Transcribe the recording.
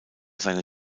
seine